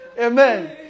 Amen